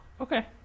Okay